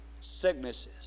sicknesses